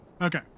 Okay